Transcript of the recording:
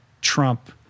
trump